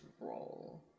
roll